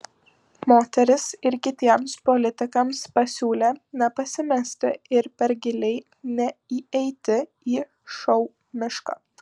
moteris ir kitiems politikams pasiūlė nepasimesti ir per giliai neįeiti į šou mišką